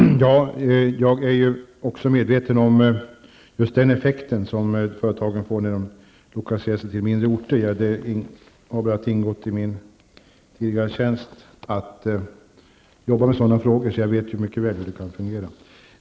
Herr talman! Jag är också medveten om just den effekt som företagen får när de lokaliserar sig till mindre orter. Det har bl.a. ingått i min tidigare tjänst att arbeta med sådana frågor, så jag vet mycket väl hur det kan fungera.